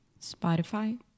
Spotify